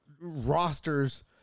rosters